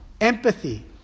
empathy